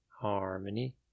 harmony